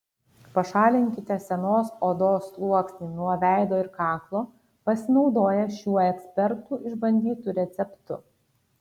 pašalinkite senos odos sluoksnį nuo veido ir kaklo pasinaudoję šiuo ekspertų išbandytu receptu